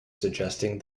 suggesting